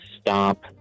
stop